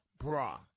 bra